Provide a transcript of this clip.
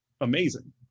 amazing